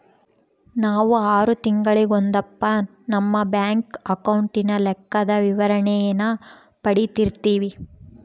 ನಾವು ಆರು ತಿಂಗಳಿಗೊಂದಪ್ಪ ನಮ್ಮ ಬ್ಯಾಂಕ್ ಅಕೌಂಟಿನ ಲೆಕ್ಕದ ವಿವರಣೇನ ಪಡೀತಿರ್ತೀವಿ